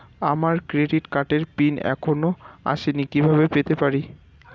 আমার ক্রেডিট কার্ডের পিন এখনো আসেনি কিভাবে পেতে পারি?